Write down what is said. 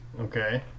Okay